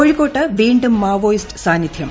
കോഴിക്കോട്ട് വീണ്ടും മാപ്പോയിസ്റ്റ് സാന്നിധൃം